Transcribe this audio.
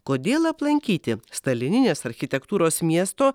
kodėl aplankyti stalininės architektūros miesto